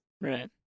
Right